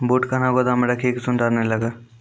बूट कहना गोदाम मे रखिए की सुंडा नए लागे?